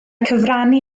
cyfrannu